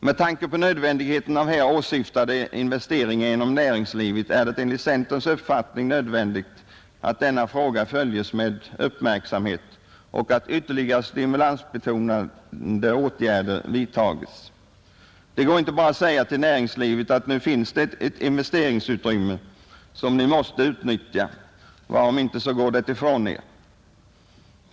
Med tanke på nödvändigheten av här åsyftade investeringar inom näringslivet är det enligt centerns uppfattning av vikt att denna fråga följes med uppmärksamhet och att ytterligare stimulansbetonade åtgärder vidtages. Det går inte att bara säga till näringslivet: Nu finns det ett investeringsutrymme som vi måste utnyttja; varom inte så går det ifrån er.